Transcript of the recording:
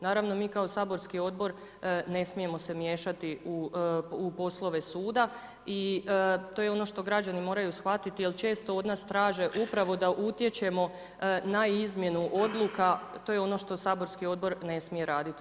Naravno, mi kao saborski odbor ne smijemo se miješati u poslove suda i to je ono što građani moraju shvatiti, jer često od nas traže upravo da utječemo na izmjenu odluka to je ono što saborski odbor ne smije raditi.